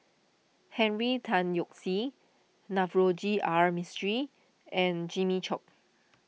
Henry Tan Yoke See Navroji R Mistri and Jimmy Chok